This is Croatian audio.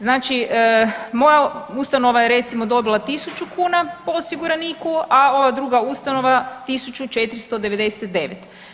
Znači, moja ustanova je recimo dobila 1.000 kuna po osiguraniku, a ova druga ustanova 1.499.